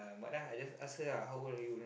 what ah I just ask her how old are you then